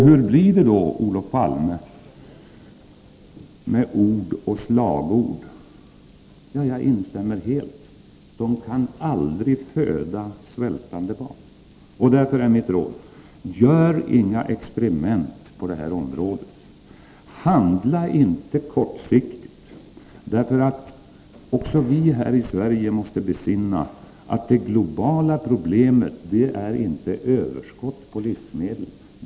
Hur blir det då, Olof Palme, med ord och slagord? Jag instämmer helt — sådana kan aldrig föda svältande barn. Därför är mitt råd: Gör inga experiment på detta område! Handla inte kortsiktigt! Också vi här i Sverige måste besinna att det globala problemet inte är överskott på livsmedel.